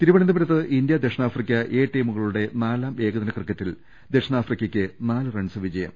തിരുവനന്തപുരത്ത് ഇന്ത്യ ദക്ഷിണാഫ്രിക്ക എ ടീമുകളുടെ നാലാം ഏകദിന ക്രിക്കറ്റിൽ ദക്ഷിണാഫ്രിക്കക്ക് നാല് റൺസ് വിജയം